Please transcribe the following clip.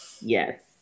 Yes